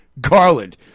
Garland